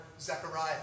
Zechariah